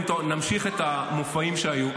אם נמשיך את המופעים שהיו,